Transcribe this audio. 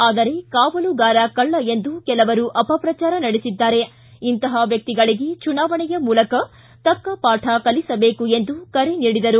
ಆದರೆ ಕಾವಲುಗಾರ ಕಳ್ಳ ಎಂದು ಕೆಲವರು ಅಪಪ್ರಚಾರ ನಡೆಸಿದ್ದಾರೆ ಇಂಥಹ ವ್ಯಕ್ತಿಗಳಿಗೆ ಚುನಾವಣೆಯ ಮೂಲಕ ತಕ್ಕ ಪಾಠ ಕಲಿಸಬೇಕು ಎಂದು ಕರೆ ನೀಡಿದರು